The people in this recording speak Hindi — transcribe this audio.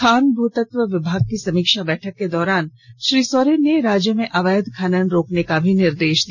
खान भूतत्व विभाग की समीक्षा बैठक के दौरान श्री सोरेन ने राज्य में अवैध खनन रोकने का निर्देश दिया